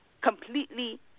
Completely